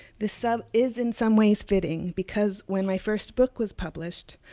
this sub is in some ways fitting, because when my first book was published,